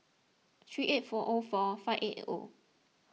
three eight four O four five eight eight O